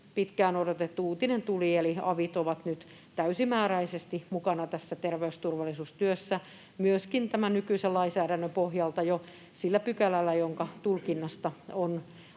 pitkään odotettu uutinen tuli, eli avit ovat nyt täysimääräisesti mukana tässä terveysturvallisuustyössä, myöskin tämän nykyisen lainsäädännön pohjalta jo sillä pykälällä, jonka tulkinnasta on